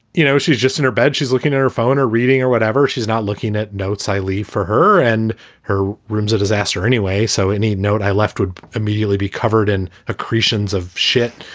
you know, she's just in her bed, she's looking at her phone or reading or whatever, she's not looking at notes i leave for her and her room's a disaster anyway. so any note i left would immediately be covered in accretions of shit.